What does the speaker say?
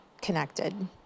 connected